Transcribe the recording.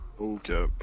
Okay